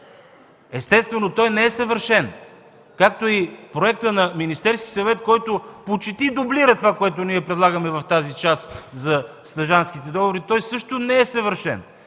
Естествено, той не е съвършен, както и проектът на Министерския съвет, който почти дублира това, което ние предлагаме в частта за стажантските договори. Той също не е съвършен!